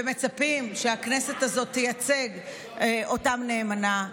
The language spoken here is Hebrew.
ומצפות שהכנסת הזאת תייצג אותם נאמנה.